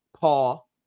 Paul